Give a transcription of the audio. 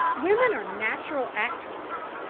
women are natural actresses,